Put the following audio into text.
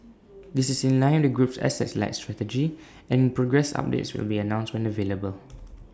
this is in line the group's asset light strategy and progress updates will be announced when available